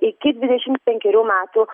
iki dvidešimt penkerių metų